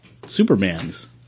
supermans